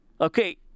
Okay